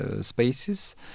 spaces